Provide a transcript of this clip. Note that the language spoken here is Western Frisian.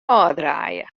ôfdraaie